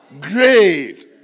great